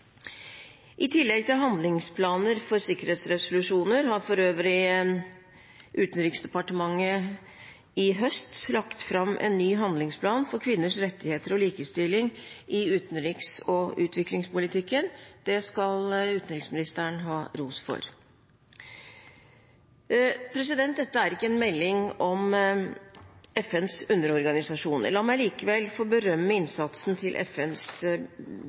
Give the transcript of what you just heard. I tillegg til handlingsplaner for sikkerhetsresolusjoner har for øvrig Utenriksdepartementet i høst lagt fram en ny handlingsplan for kvinners rettigheter og likestilling i utenriks- og utviklingspolitikken. Det skal utenriksministeren ha ros for. Dette er ikke en melding om FNs underorganisasjoner. La meg likevel få berømme innsatsen til alle FNs